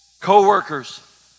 Co-workers